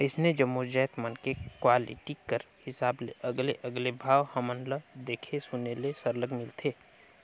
अइसने जम्मो जाएत मन में क्वालिटी कर हिसाब ले अलगे अलगे भाव हमन ल देखे सुने ले सरलग मिलथे